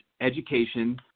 education